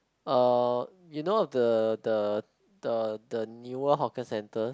uh you know of the the the newer hawker centres